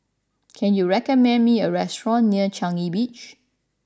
can you recommend me a restaurant near Changi Beach